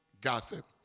gossip